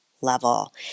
level